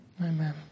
Amen